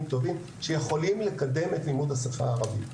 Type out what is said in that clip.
טובים שיכולים לקדם את לימוד השפה הערבית.